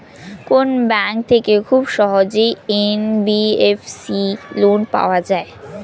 কোন ব্যাংক থেকে খুব সহজেই এন.বি.এফ.সি লোন পাওয়া যায়?